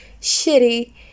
shitty